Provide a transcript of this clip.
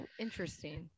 interesting